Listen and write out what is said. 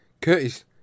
Curtis